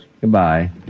Goodbye